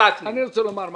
אני רוצה לומר משהו.